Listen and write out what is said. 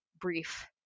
brief